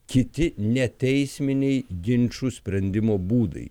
kiti neteisminiai ginčų sprendimo būdai